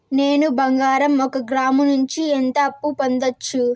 నేను బంగారం ఒక గ్రాము నుంచి ఎంత అప్పు పొందొచ్చు